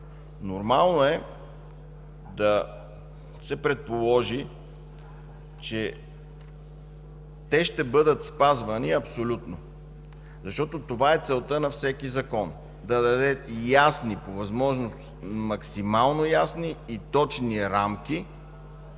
нормално е да се предположи, че те ще бъдат спазвани абсолютно. Това е целта на всеки закон – да даде максимално ясни и точни рамки,